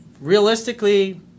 realistically